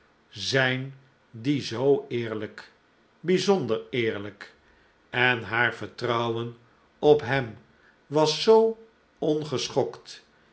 zijn die zoo eerlijk bijzonder eerlijk en haar vertrouwen op hem was zoo